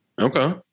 Okay